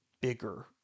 bigger